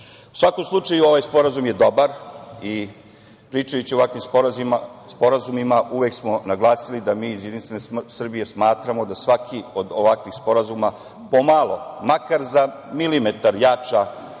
svakom slučaju i ovaj sporazum je dobar i pričajući o ovakvim sporazumima uvek smo naglasili da mi iz JS smatramo da svaki od ovakvih sporazuma po malo, makar za milimetar jača